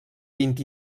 vint